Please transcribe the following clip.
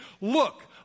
Look